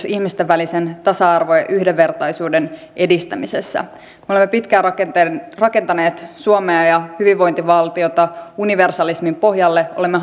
ihmisten välisen tasa arvon ja yhdenvertaisuuden edistämisessä me olemme pitkään rakentaneet suomea ja hyvinvointivaltiota universalismin pohjalle olemme